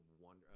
Wonder